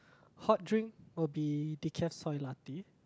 hot drink will be decaf soy latte